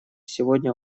сегодня